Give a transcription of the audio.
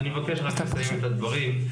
אני מבקש רק לסיים את הדברים,